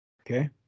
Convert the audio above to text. okay